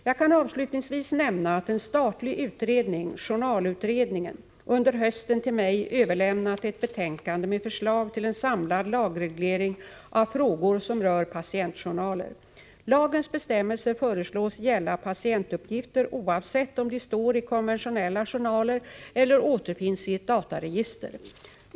Jag kan avslutningsvis nämna att en statlig utredning — journalutredningen — under hösten till mig överlämnat ett betänkande med förslag till en samlad lagreglering av frågor som rör patientjournaler. Lagens bestämmelser föreslås gälla patientuppgifter oavsett om de står i konventionella journaler eller återfinns i ett dataregister.